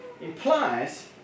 implies